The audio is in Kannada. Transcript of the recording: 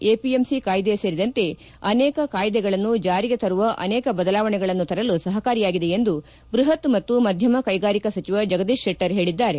ಎಪಿಎಂಸಿ ಕಾಯ್ದೆ ಸೇರಿದಂತೆ ಅನೇಕ ಕಾಯ್ದೆಗಳನ್ನು ಜಾರಿಗೆ ತರುವ ಅನೇಕ ಬದಲಾವಣೆಗಳನ್ನು ತರಲು ಸಪಕಾರಿಯಾಗಿದೆ ಎಂದು ಬೃಪತ್ ಮತ್ತು ಮಧ್ಯಮ ಕೈಗಾರಿಕಾ ಸಚಿವ ಜಗದೀಶ್ ಶೆಟ್ಟರ್ ಹೇಳಿದ್ದಾರೆ